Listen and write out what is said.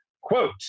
quote